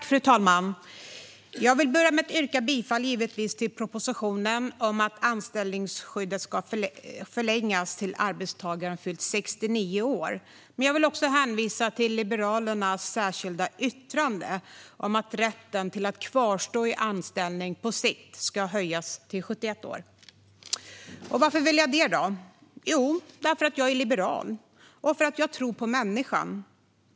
Fru talman! Jag vill börja med att yrka bifall till propositionen om att anställningsskyddet ska förlängas tills arbetstagaren fyllt 69 år. Jag vill dock även hänvisa till Liberalernas särskilda yttrande om att rätten att kvarstå i anställning på sikt ska höjas till 71 år. Varför vill jag då det? Jo, därför att jag är liberal och därför att jag tror på människan.